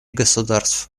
государств